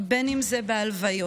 בין אם זה בהלוויות,